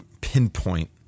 pinpoint